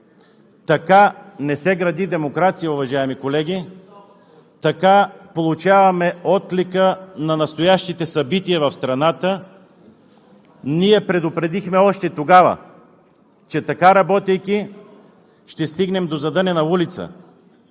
Така не се гради демокрация, уважаеми колеги. Така получаваме отклика на настоящите събития в страната. Ние предупредихме още тогава, че така работейки, ще стигнем до задънена улица,